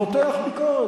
מותח ביקורת,